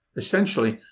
essentially,